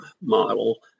model